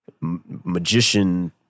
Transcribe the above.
magician